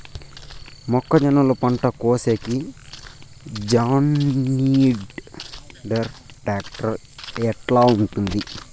మొక్కజొన్నలు పంట కోసేకి జాన్డీర్ టాక్టర్ ఎట్లా ఉంటుంది?